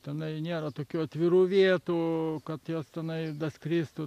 tenai nėra tokių atvirų vietų kad jos tenai skristų